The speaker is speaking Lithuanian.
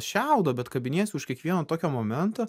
šiaudo bet kabiniesi už kiekvieno tokio momento